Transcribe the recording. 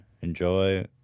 enjoy